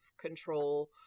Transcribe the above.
control